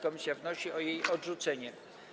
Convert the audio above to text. Komisja wnosi o jej odrzucenie.